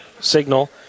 signal